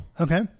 Okay